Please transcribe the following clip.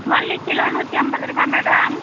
மல்லி கிலோ நூற்றி ஐம்பதுருபா மேடம்